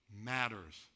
matters